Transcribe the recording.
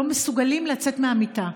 לא מסוגלים לצאת מהמיטה.